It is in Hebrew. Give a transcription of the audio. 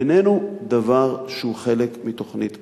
איננו דבר שהוא חלק מתוכנית הסיור.